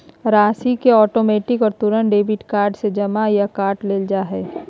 राशि के ऑटोमैटिक और तुरंत डेबिट कार्ड से जमा या काट लेल जा हइ